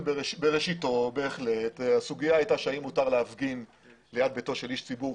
בראשית התהליך הסוגיה הייתה האם מותר להפגין ליד ביתו של איש ציבור,